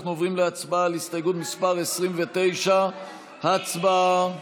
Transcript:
אנחנו עוברים להצבעה על הסתייגות מס' 29. הצבעה.